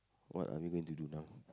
what are we going to do now